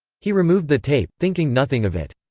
he removed the tape, thinking nothing of it.